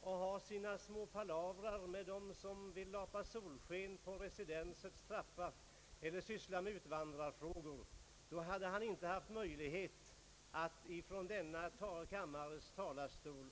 och haft sina små palavrer med dem som vill lapa solsken på residensets trappa, eller sysslat med utvandrarfrågor. Då hade han inte haft möjlighet att agera från denna kammares talarstol.